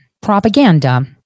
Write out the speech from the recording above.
propaganda